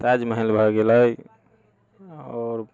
ताज महल भए गेलै आओर